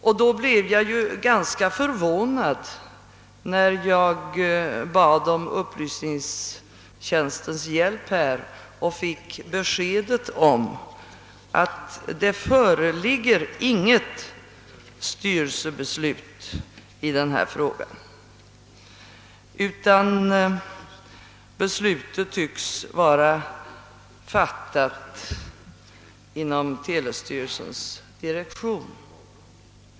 Därför blev jag ganska förvånad när jag genom upplysningstjänstens förmedling fick besked om att det inte föreligger något styrelsebeslut i denna fråga utan att beslutet tycks ha fattats inom telestyrelsens direktion.